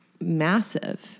massive